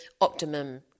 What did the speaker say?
optimum